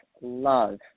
love